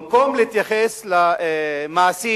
במקום להתייחס למעשים